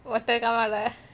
water come out ah